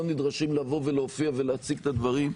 נדרשים לבוא ולהופיע ולהציג את הדברים,